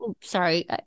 sorry